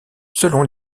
selon